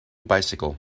bicycle